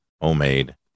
homemade